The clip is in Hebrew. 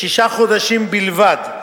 בשישה חודשים בלבד,